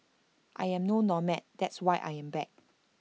I am no nomad that's why I am back